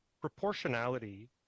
Proportionality